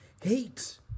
Hate